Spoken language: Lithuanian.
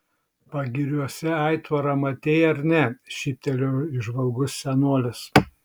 pagiriuose aitvarą matei ar ne šyptelėjo įžvalgus senolis